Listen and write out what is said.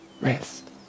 rest